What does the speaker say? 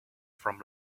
from